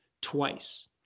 twice